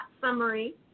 summary